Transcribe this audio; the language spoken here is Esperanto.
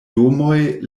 domoj